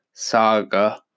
saga